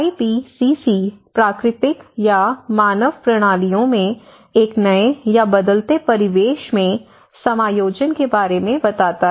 IPCC प्राकृतिक या मानव प्रणालियों में एक नए या बदलते परिवेश में समायोजन के बारे में बताता है